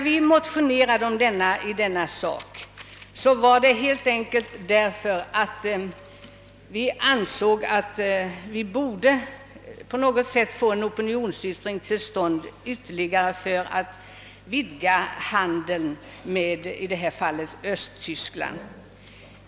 Vi motionerade i denna fråga helt enkelt därför att vi ansåg att det behövdes ytterligare en opinionsyttring för vidgad handel med Östtyskland.